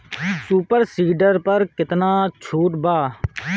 Super seeder पर केतना छूट बा?